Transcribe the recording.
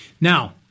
now